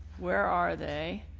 where are they,